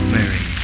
Mary